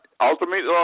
Ultimately